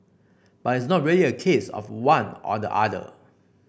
but it's not really a case of one or the other